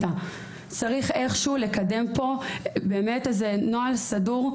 צריך איכשהו לקדם פה איזה נוהל סדור,